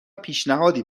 پیشنهادی